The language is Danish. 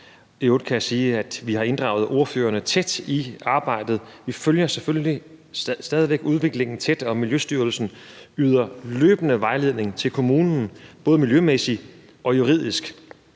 vi har inddraget ordførerne tæt i arbejdet, og vi følger selvfølgelig stadig væk udviklingen tæt, og Miljøstyrelsen yder løbende vejledning til kommunen, både miljømæssigt og juridisk.